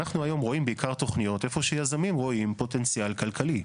אנחנו היום רואים בעיקר תוכניות איפה שיזמים רואים פוטנציאל כלכלי.